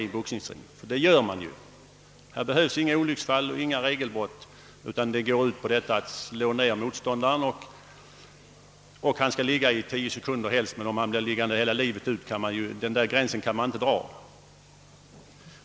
Det behöver inte vara fråga om olycksfall eller något regelbrott. Verksamheten går ut på att slå ned motståndaren så att han blir liggande i 10 sekunder, men det är ogörligt att dra gränsen så, att han inte blir liggande för alltid.